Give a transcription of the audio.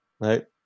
Right